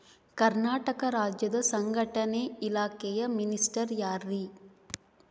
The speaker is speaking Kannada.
ಕರ್ನಾಟಕ ರಾಜ್ಯದ ಸಂಘಟನೆ ಇಲಾಖೆಯ ಮಿನಿಸ್ಟರ್ ಯಾರ್ರಿ?